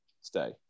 stay